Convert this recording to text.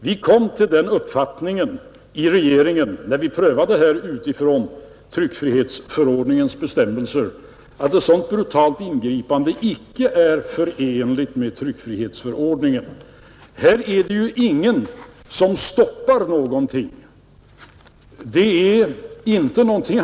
Vi kom till den uppfattningen i regeringen, när vi prövade den frågan utifrån tryckfrihetsförordningens bestämmelser, att ett sådant brutalt ingripande icke är förenligt med tryckfrihetsförordningen. Här är det ju ingen som stoppar någonting.